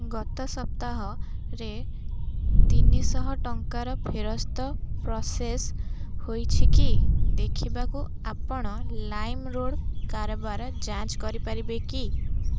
ଗତ ସପ୍ତାହରେ ତିନିଶହ ଟଙ୍କାର ଫେରସ୍ତ ପ୍ରସେସ ହୋଇଛି କି ଦେଖିବାକୁ ଆପଣ ଲାଇମ୍ରୋଡ଼୍ କାରବାର ଯାଞ୍ଚ କରି ପାରିବେ କି